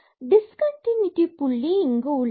இங்கு டிஸ்கண்டினூட்டி புள்ளி உள்ளது